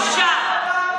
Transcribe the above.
בושה.